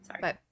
sorry